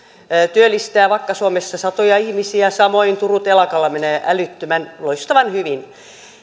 työllistää lounais suomessa vakka suomessa satoja ihmisiä samoin turun telakalla menee älyttömän loistavan hyvin